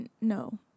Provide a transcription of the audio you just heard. No